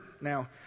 Now